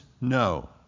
no